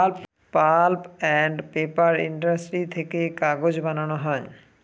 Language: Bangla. পাল্প আন্ড পেপার ইন্ডাস্ট্রি থেকে কাগজ বানানো হয়